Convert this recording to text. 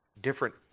different